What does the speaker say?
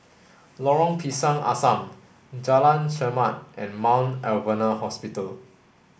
Lorong Pisang Asam Jalan Chermat and Mount Alvernia Hospital